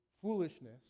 foolishness